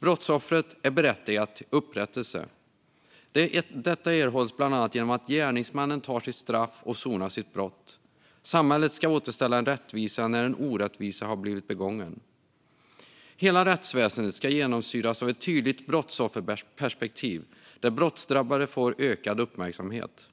Brottsoffret är berättigat till upprättelse. Detta erhålls bland annat genom att gärningsmannen tar sitt straff och sonar sitt brott. Samhället ska återställa en rättvisa när en orättvisa har blivit begången. Hela rättsväsendet ska genomsyras av ett tydligt brottsofferperspektiv där brottsdrabbade får ökad uppmärksamhet.